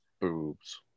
boobs